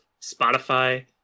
Spotify